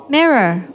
Mirror